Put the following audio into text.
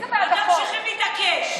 ואתם ממשיכים להתעקש.